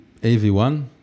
AV1